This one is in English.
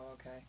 okay